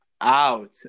out